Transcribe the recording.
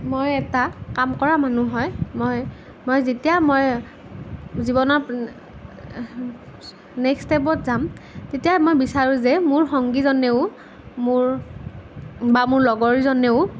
মই এটা কাম কৰা মানুহ হয় মই মই যেতিয়া মই জীৱনৰ নেক্সট ষ্টেপত যাম তেতিয়া মই বিচাৰোঁ যে মোৰ সংগীজনেও মোৰ বা মোৰ লগৰজনেও